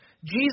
Jesus